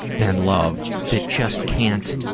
than love, that just can't